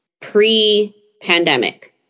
pre-pandemic